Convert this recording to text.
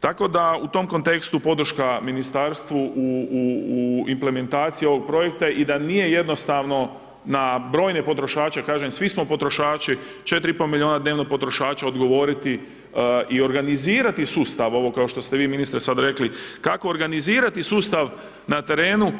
Tako da u tom kontekstu podrška ministarstvu u implementaciji ovog projekta i da nije jednostavno na brojne potrošače, kaže, svi smo potrošači, 4,5 milijuna dnevno potrošači, odgovoriti i organizirati sustav ovo kao što ste vi ministre, sad rekli, kako organizirati sustav na terenu